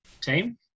team